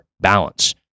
balance